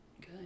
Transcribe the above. good